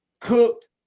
cooked